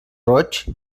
roig